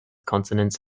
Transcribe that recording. consonants